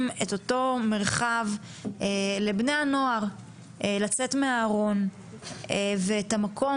את המרחב לבני הנוער לצאת מהארון ומעניקים להם את המקום